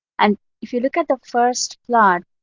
and if you look at the first plot,